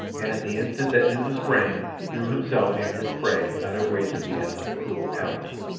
and, at the instant that numa sprang, drew himself and his prey out of reach of the animal's cruel talons.